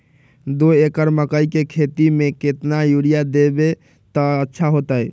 दो एकड़ मकई के खेती म केतना यूरिया देब त अच्छा होतई?